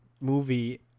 movie